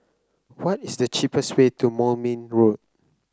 what is the cheapest way to Moulmein Road